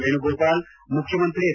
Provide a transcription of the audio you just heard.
ವೇಣುಗೋಪಾಲ್ ಮುಖ್ಣಮಂತ್ರಿ ಎಚ್